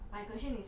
my question is